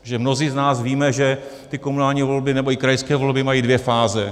Protože mnozí z nás víme, že ty komunální volby nebo i krajské volby mají dvě fáze.